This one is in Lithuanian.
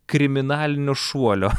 kriminalinio šuolio